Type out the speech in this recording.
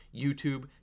YouTube